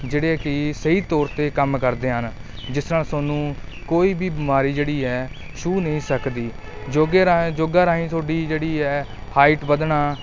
ਜਿਹੜੇ ਕਿ ਸਈ ਤੌਰ 'ਤੇ ਕੰਮ ਕਰਦੇ ਹਨ ਜਿਸ ਤਰ੍ਹਾਂ ਤੁਹਾਨੂੰ ਕੋਈ ਵੀ ਬਿਮਾਰੀ ਜਿਹੜੀ ਹੈ ਛੂਹ ਨਹੀਂ ਸਕਦੀ ਯੋਗੇ ਰਾਹੀਂ ਯੋਗਾ ਰਾਹੀਂ ਤੁਹਾਡੀ ਜਿਹੜੀ ਹੈ ਹਾਈਟ ਵਧਣਾ